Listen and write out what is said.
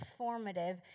transformative